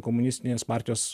komunistinės partijos